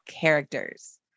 characters